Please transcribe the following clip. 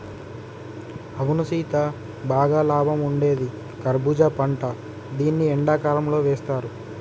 అవును సీత బాగా లాభం ఉండేది కర్బూజా పంట దీన్ని ఎండకాలంతో వేస్తారు